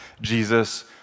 Jesus